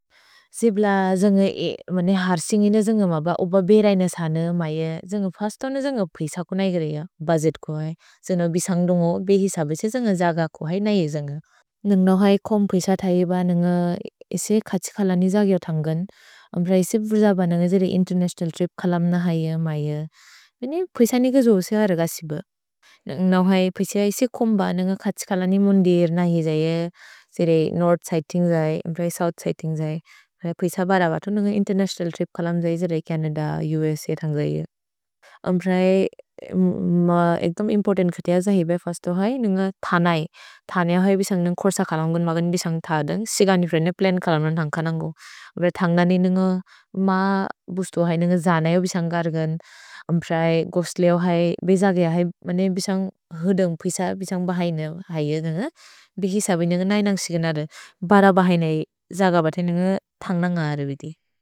जिब्ल जन्ग् ए, मने हर्सिन्गिने जन्ग् मम ब ओब बेरैन सन मैअ, जन्ग् फस्तोन जन्ग् पैस कु नैक् रेअ, बजेत् कु है, जन्ग् बिसन्ग् दुन्गो बेहिस बेस जन्ग् जग कु है नैअ जन्ग्। न्गन्ग् नौहै कोम् पैस थैब, नन्ग इसे खछि खलनि जगिओथन्गन्, अम्ब्र इसे बुर्जब नन्ग जेरे इन्तेर्नतिओनल् त्रिप् खलम्न हैअ मैअ, मेने पैस निग जो सेहरग सिब। न्गन्ग् नौहै पैस इसि खुम्ब, नन्ग खछि खलनि मुन्दिर् नहि जये, जेरे नोर्थ् सिदे तिन्ग् जये, अम्ब्र इसे सोउथ् सिदे तिन्ग् जये, पैस बर बत नन्ग इन्तेर्नतिओनल् त्रिप् खलम् जये जेरे छनद, उस थन्ग् जये। अम्ब्र है, मा एक्तम् इम्पोर्तन्त् खतिअ जहिबे फस्तो है, नन्ग थनै, थनिअ है बिसन्ग् नन्ग् खोर्स खलन्गुन् मगन् बिसन्ग् थ दन्ग् सिगनि फ्रने प्लन् खलन्गुन् थन्ग् कनन्गो। अम्ब्र थन्गनि नुन्गो मा बुस्तो है, नुन्गो जनयो बिसन्ग् कर्गन्, अम्ब्र है, गोस्लेओ है, बेसगि है, मेने बिसन्ग् हुदुन्ग् पिस, बिसन्ग् बहैन हैअ, नुन्गो बेहिस बे नुन्गो नहि नन्ग् सिगनद, बर बहैन जग बत नुन्गो थन्ग् नन्ग अरबिदि।